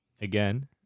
again